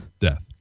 death